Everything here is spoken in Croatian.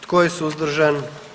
Tko je suzdržan?